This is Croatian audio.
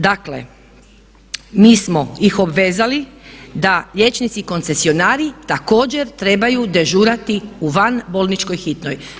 Dakle, mi smo ih obvezali da liječnici koncesionari također trebaju dežurati u van bolničkoj hitnoj.